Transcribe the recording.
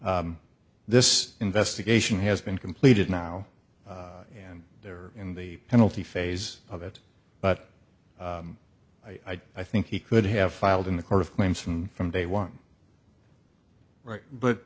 this investigation has been completed now and they're in the penalty phase of it but i think he could have filed in the court of claims from from day one right